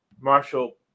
Marshall